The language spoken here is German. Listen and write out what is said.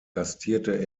gastierte